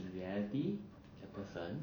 in reality that person